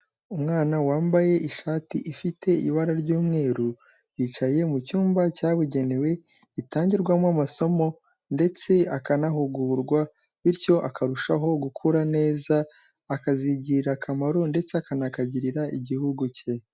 Umwana wambaye ishati ifite ibara ry'umweru yicaye mu cyumba cyabugenewe gitangirwamo amasomo ndetse akanahugurwa bityo akarushaho gukura neza akazigirira akamaro ndetse akanakagirira igihugu cye.